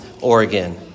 Oregon